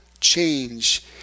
change